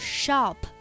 shop